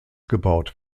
gebaut